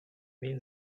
main